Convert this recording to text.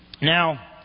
Now